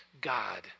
God